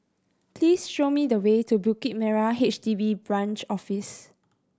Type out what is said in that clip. please show me the way to Bukit Merah H D B Branch Office